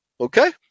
Okay